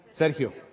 Sergio